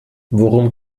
worum